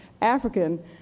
African